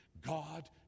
God